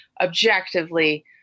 objectively